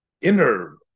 inner